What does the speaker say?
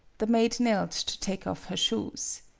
the maid knelt to take off her shoes.